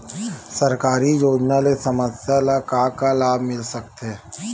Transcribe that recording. सरकारी योजना ले समस्या ल का का लाभ मिल सकते?